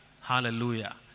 Hallelujah